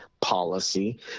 policy